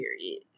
period